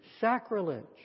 sacrilege